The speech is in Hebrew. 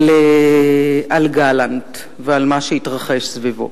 על גלנט ועל מה שהתרחש סביבו.